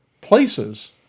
places